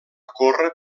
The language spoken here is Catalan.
córrer